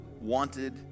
wanted